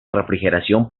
refrigeración